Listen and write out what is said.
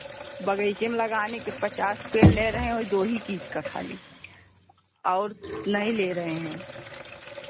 बगइचे में लगाने के पचास पेड़ ले रहे हैं वही दो ही चीज़ का खाली और नहीं ले रहे हैं